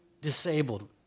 disabled